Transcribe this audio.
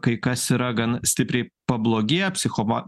kai kas yra gan stipriai pablogėję psichoma